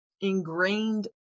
ingrained